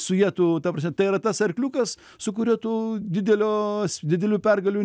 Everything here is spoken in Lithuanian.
su ja tu ta prasme tai yra tas arkliukas su kuriuo tu didelio didelių pergalių